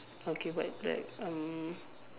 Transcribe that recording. okay white black um